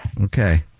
Okay